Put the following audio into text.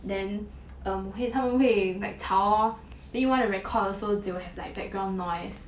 then um 会他们会 like 吵 lor then you want to record also they will have like background noise